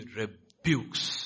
rebukes